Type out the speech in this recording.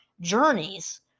journeys